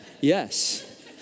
Yes